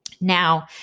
Now